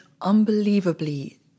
unbelievably